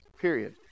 Period